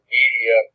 media